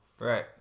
Right